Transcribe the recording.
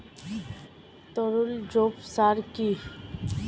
তরল জৈব সার কি?